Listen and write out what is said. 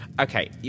Okay